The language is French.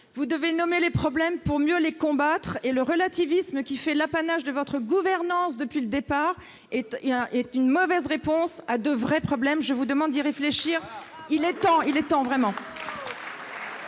Vous devez nommer les problèmes pour mieux les combattre. Le relativisme, qui est la marque de votre gouvernance depuis le départ, est une mauvaise réponse à de vrais problèmes. Je vous demande d'y réfléchir. Il est temps, vraiment